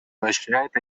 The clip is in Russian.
поощряет